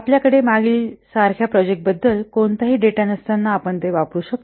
आपल्याकडे मागील सारख्या प्रोजेक्टबद्दल कोणताही डेटा नसताना वापरू शकता